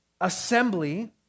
assembly